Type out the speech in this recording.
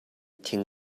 thing